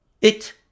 It